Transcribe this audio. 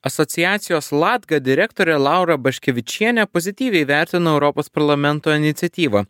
asociacijos latga direktorė laura baškevičienė pozityviai vertina europos parlamento iniciatyvą